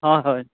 অঁ হয়